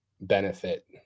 benefit